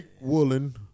Woolen